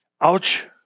Ouch